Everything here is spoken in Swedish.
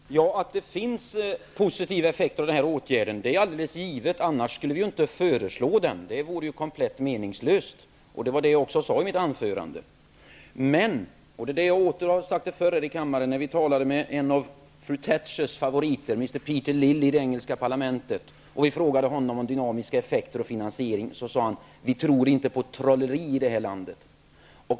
Herr talman! Att den här åtgärden får positiva effekter är alldeles givet, annars skulle vi inte föreslå den; det vore ju komplett meningslöst. Det sade jag också i mitt anförande. När vi talade med en av fru Thatchers favoriter, Mr. Peter Lilly, i det engelska parlamentet och frågade honom om dynamiska effekter och finansiering, sade han: Vi tror inte på trolleri i det här landet.